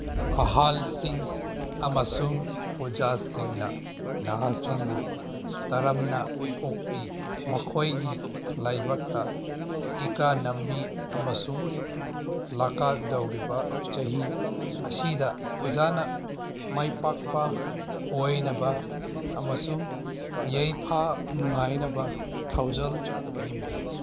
ꯑꯍꯜꯁꯤꯡ ꯑꯃꯁꯨꯡ ꯑꯣꯖꯥꯁꯤꯡꯅ ꯅꯍꯥꯁꯤꯡꯕꯨ ꯇꯔꯥꯝꯅ ꯑꯣꯛꯄꯤ ꯃꯈꯣꯏꯒꯤ ꯂꯥꯏꯕꯛꯇ ꯇꯤꯀꯥ ꯅꯝꯕꯤ ꯑꯃꯁꯨꯡ ꯂꯥꯛꯀꯗꯧꯔꯤꯕ ꯆꯍꯤ ꯑꯁꯤꯗ ꯐꯖꯅ ꯃꯥꯏꯄꯥꯛꯄ ꯑꯣꯏꯅꯕ ꯑꯃꯁꯨꯡ ꯌꯥꯏꯐ ꯅꯨꯡꯉꯥꯏꯅꯕ ꯊꯧꯖꯥꯜ ꯄꯤꯕꯤ